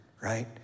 right